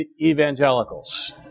evangelicals